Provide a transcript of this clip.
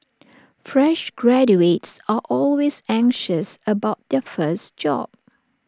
fresh graduates are always anxious about their first job